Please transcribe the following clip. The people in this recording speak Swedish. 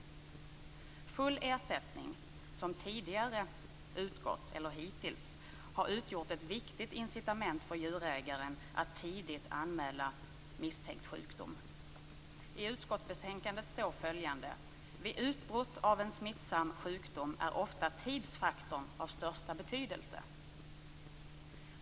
Den fulla ersättning som hittills har utgått har utgjort ett viktigt incitament för djurägaren att tidigt anmäla misstänkt sjukdom. I utskottsbetänkandet står det att vid utbrott av smittsam sjukdom är tidsfaktorn ofta av största betydelse.